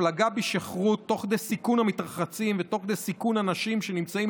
הפלגה בשכרות תוך כדי סיכון המתרחצים ותוך כדי סיכון אנשים שנמצאים